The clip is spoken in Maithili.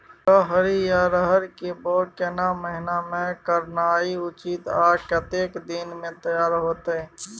रहरि या रहर के बौग केना महीना में करनाई उचित आ कतेक दिन में तैयार होतय?